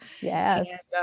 Yes